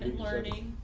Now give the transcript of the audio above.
and learning